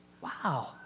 Wow